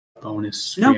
bonus